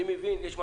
אני ביקשתי